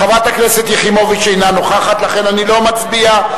חברת הכנסת יחימוביץ אינה נוכחת, לכן לא נצביע.